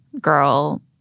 girl